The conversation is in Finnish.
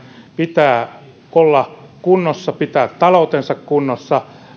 pitää olla kunnossa ja pitää taloutensa kunnossa